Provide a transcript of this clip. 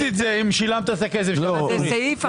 זה סעיף אחד גדול.